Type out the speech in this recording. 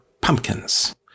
pumpkins